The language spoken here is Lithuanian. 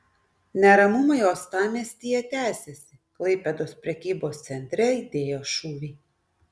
neramumai uostamiestyje tęsiasi klaipėdos prekybos centre aidėjo šūviai